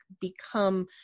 become